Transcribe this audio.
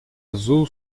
azul